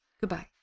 Goodbye